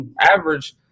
average